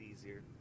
easier